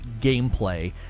gameplay